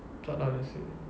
tak ah I rasa